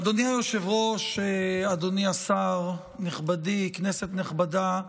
אדוני היושב-ראש, אדוני השר, נכבדי, כנסת נכבדה,